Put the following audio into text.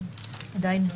עדיין לא.